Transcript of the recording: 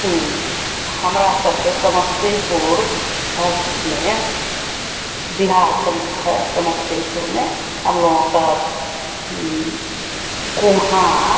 हमरा सथे समस्तीपुर में बिहार सम्मुख है समस्तीपुर में हम लोगों का कुम्हार